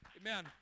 Amen